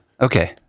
Okay